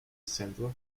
sandra